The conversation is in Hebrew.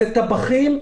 זה טבחים,